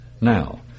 now